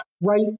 right